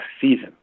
season